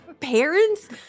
Parents